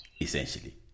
essentially